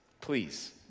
Please